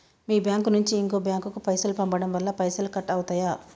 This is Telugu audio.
మీ బ్యాంకు నుంచి ఇంకో బ్యాంకు కు పైసలు పంపడం వల్ల పైసలు కట్ అవుతయా?